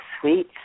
sweet